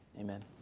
amen